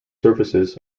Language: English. surfaces